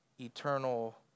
eternal